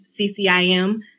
ccim